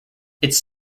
it’s